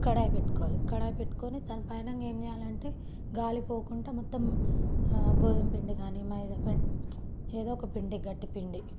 కడాయి పెట్టుకోవాలి కడాయి పెట్టుకున్న తర్వాత దాని పైన ఏం చెయ్యాలంటే గాలి పోకుండా మొత్తం గోధుమ పిండి కానీ మైదా కానీ ఏదో ఒక పిండి గట్టి పిండి